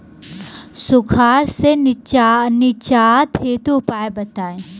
सुखार से निजात हेतु उपाय बताई?